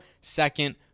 second